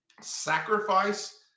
sacrifice